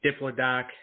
Diplodoc